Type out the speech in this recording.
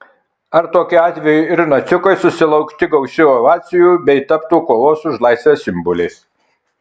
ar tokiu atveju ir naciukai susilaukti gausių ovacijų bei taptų kovos už laisvę simboliais